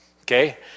Okay